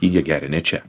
jie geria ne čia